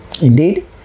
Indeed